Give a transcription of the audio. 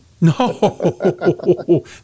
No